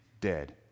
dead